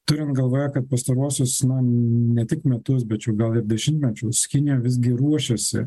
turint galvoje kad pastaruosius na ne tik metus bet čia jau gal ir dešimtmečius kinija visgi ruošiasi